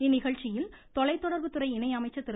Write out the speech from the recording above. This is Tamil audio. இந்நிகழ்ச்சியில் தொலைதொடர்புத் துறை இணை அமைச்சர் திரு